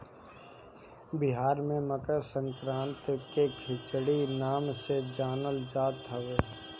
बिहार में मकरसंक्रांति के खिचड़ी नाम से जानल जात हवे